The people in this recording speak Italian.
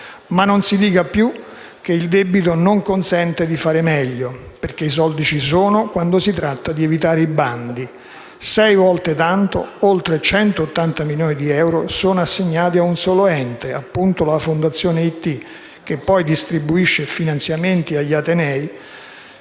Ma non si dica più che il debito non consente di fare meglio, perché i soldi ci sono quando si tratta di evitare i bandi: sei volte tanto (oltre 180 milioni di euro) sono assegnati a un solo ente, appunto la Fondazione IIT, che poi distribuisce finanziamenti agli atenei